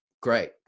great